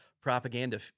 propaganda